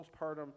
postpartum